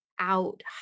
out